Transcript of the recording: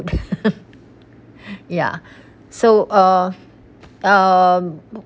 ya so uh uh